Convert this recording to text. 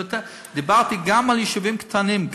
דיברתי גם על יישובים קטנים.